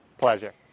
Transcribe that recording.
Pleasure